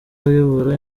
ayobora